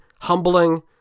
Humbling